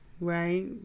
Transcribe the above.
right